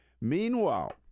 Meanwhile